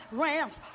rams